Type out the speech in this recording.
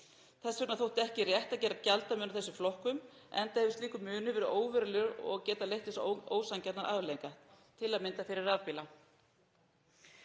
Þess vegna þótti ekki rétt að gera gjaldamun á þessum flokkum enda hefur slíkur munur verið óverulegur og getur leitt til ósanngjarnra afleiðinga, til að mynda fyrir rafbíla.